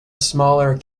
smaller